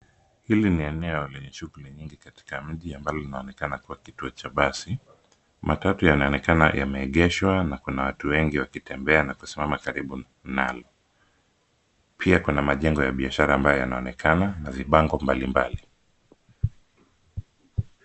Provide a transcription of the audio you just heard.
Hili ni eneo lenye shughuli nyingi katika mji ambalo linaonekana kuwa kituo cha basi. Matatu yanaonekana yameegeshwa na kuna watu wengi wakitembea na kusimama karibu nalo. Pia kuna majengo ya biashara ambayo yanaonekana na vibango mbalimbali.